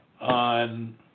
on